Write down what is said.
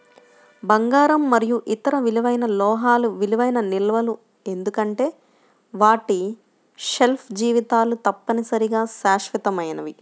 బంగారం మరియు ఇతర విలువైన లోహాలు విలువైన నిల్వలు ఎందుకంటే వాటి షెల్ఫ్ జీవితాలు తప్పనిసరిగా శాశ్వతమైనవి